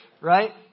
Right